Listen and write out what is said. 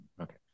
Okay